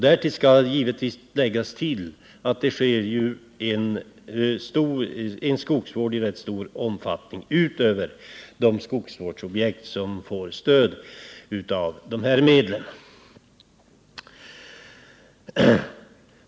Därtill skall givetvis läggas att det sker skogsvård i rätt stor omfattning utöver de skogsvårdsobjekt som får stöd av de medel det här gäller.